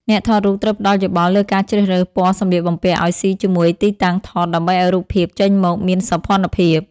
អ្នកថតរូបត្រូវផ្ដល់យោបល់លើការជ្រើសរើសពណ៌សម្លៀកបំពាក់ឱ្យស៊ីជាមួយទីតាំងថត ដើម្បីឱ្យរូបភាពចេញមកមានសោភ័ណភាព។